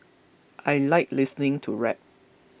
I like listening to rap